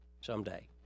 someday